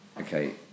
Okay